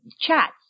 chats